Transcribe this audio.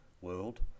world